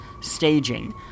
staging